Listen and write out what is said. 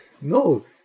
No